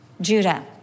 Judah